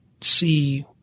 see